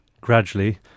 Gradually